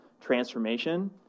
transformation